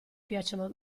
piacciono